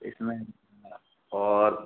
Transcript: इसमें और